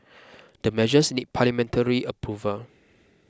the measures need parliamentary approval